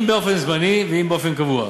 אם באופן זמני ואם באופן קבוע.